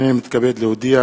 הנני מתכבד להודיע,